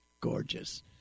gorgeous